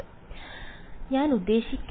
വിദ്യാർത്ഥി ഞാൻ ഉദ്ദേശിക്കുന്നത്